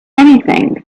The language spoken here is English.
anything